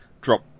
drop